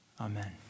Amen